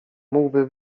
mógłby